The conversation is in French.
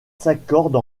s’accorde